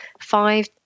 five